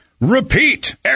repeat